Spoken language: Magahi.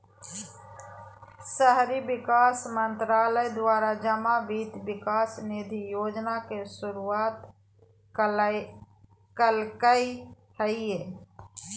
शहरी विकास मंत्रालय द्वारा जमा वित्त विकास निधि योजना के शुरुआत कल्कैय हइ